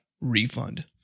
refund